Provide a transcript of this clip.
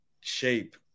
shape